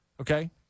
okay